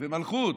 ומלכות,